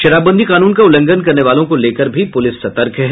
शराबबंदी कानून का उल्लंघन करने वालों को लेकर भी पूलिस सतर्क है